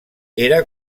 era